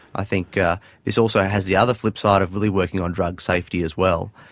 i think ah this also has the other flip side of really working on drug safety as well.